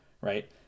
right